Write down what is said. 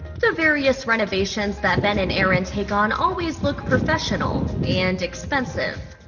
the various renovations that ben and erin take on always look professional and expensive.